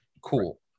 cool